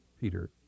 Peter